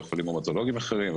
חולים המטולוגיים אחרים,